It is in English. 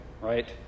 right